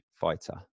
fighter